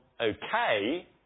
okay